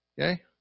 Okay